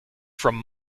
from